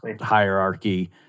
hierarchy